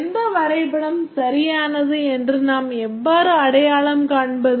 எந்த வரைபடம் சரியானது என்று நாம் எவ்வாறு அடையாளம் காண்பது